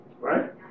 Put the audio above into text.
Right